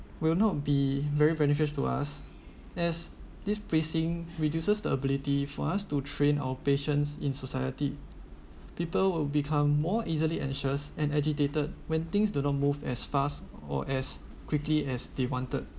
will not be very benefits to us as displacing reduces the ability for us to train our patients in society people will become more easily anxious and agitated when things do not move as fast or as quickly as they wanted